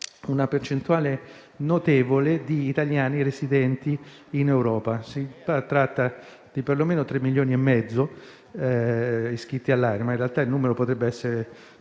una percentuale notevole di italiani residenti in Europa. Si tratta perlomeno di 3 milioni e mezzo di iscritti all'AIRE, ma in realtà il numero potrebbe anche